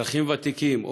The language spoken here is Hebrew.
אזרחים ותיקים,